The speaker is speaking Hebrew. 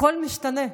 הכול משתנה,